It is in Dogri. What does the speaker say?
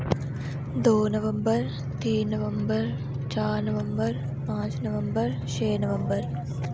दो नवंबर तिन नवंबर चार नवंबर पांच नवंबर छे नवंबर